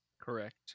correct